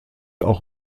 auch